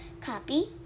Copy